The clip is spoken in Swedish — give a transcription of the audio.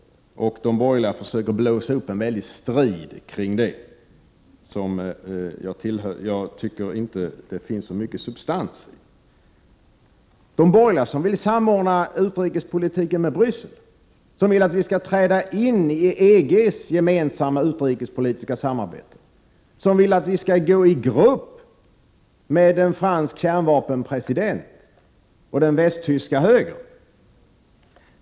De borgerliga försöker blåsa upp en stor strid kring det, men jag tycker inte att det finns så mycket substans i deras agerande. De borgerliga, som vill samordna utrikespolitiken med Bryssel, som vill att vi skall träda in i EG:s utrikespolitiska samarbete, som vill att vi skall gå i grupp med en fransk kärnvapenpresident och den västtyska högern!